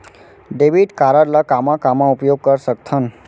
Debit card ला कामा कामा उपयोग कर सकथन?